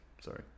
sorry